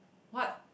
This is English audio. what